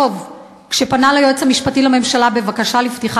כשפנה ליועץ המשפטי לממשלה בבקשה לפתוח